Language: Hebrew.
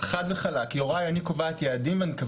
ח"כ יוראי להב